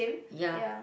ya